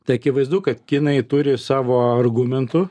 tai akivaizdu kad kinai turi savo argumentų